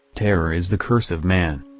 terror is the curse of man.